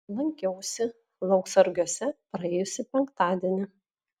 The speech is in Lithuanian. lankiausi lauksargiuose praėjusį penktadienį